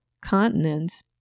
continents